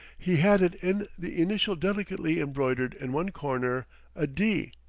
he had it in the initial delicately embroidered in one corner a d,